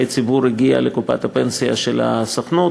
ציבור הגיעה לקופת הפנסיה של הסוכנות.